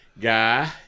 guy